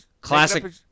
Classic